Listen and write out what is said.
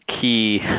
key